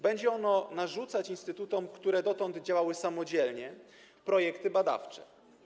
Będzie ono narzucać instytutom, które dotąd działały samodzielnie, projekty badawcze.